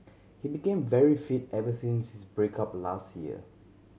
he became very fit ever since his break up last year